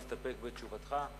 להסתפק בתשובתך,